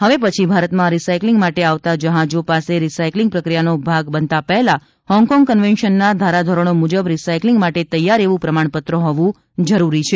હવે પછી ભારતમાં રીસાઈકલીંગ માટે આવતા જહાજો પાસે રીસાઈકલીંગ પ્રક્રિયાનો ભાગ બનતા પહેલાં હોંગકોંગ કન્વેન્શનના ધોરણ મુજબ રીસાઈકલીંગ માટે તૈયાર એવું પ્રમાણપત્ર હોવું જરૂરી છે